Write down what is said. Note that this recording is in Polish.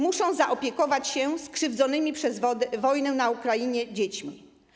Muszą zaopiekować się skrzywdzonymi przez wojnę na Ukrainie dziećmi.